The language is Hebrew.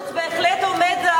שר החוץ בהחלט עומד,